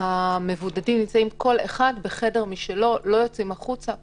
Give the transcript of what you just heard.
המבודדים נמצאים בחדר שלהם ולא יוצאים החוצה.